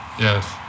yes